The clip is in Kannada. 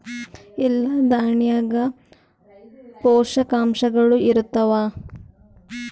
ಎಲ್ಲಾ ದಾಣ್ಯಾಗ ಪೋಷಕಾಂಶಗಳು ಇರತ್ತಾವ?